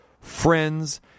friends